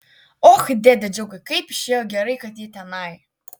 och dėde džiugai kaip išėjo gerai kad ji tenai